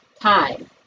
time